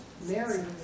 Mary